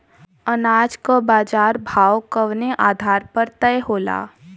अनाज क बाजार भाव कवने आधार पर तय होला?